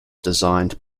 designed